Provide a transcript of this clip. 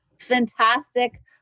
fantastic